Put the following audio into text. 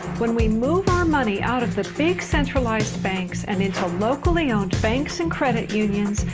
when we move our money out of the big, centralized banks, and into locally-owned banks and credit unions,